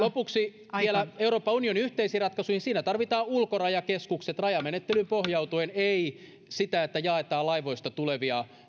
lopuksi vielä euroopan unionin yhteisiin ratkaisuihin siinä tarvitaan ulkorajakeskukset rajamenettelyyn pohjautuen ei sitä että jaetaan laivoista tulevia